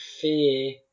fear